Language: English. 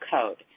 code